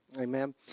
amen